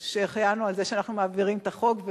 "שהחיינו" על זה שאנחנו מעבירים את החוק.